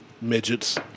Midgets